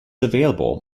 available